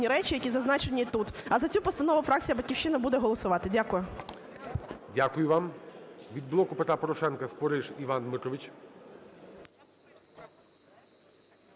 Дякую.